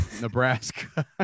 Nebraska